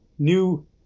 new